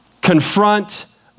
Confront